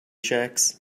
checks